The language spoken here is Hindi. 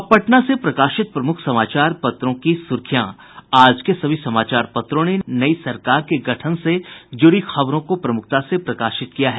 अब पटना से प्रकाशित प्रमुख समाचार पत्रों की सुर्खियां आज के सभी समाचार पत्रों ने नई सरकार के गठन से जुड़ी खबरों को प्रमुखता से प्रकाशित किया है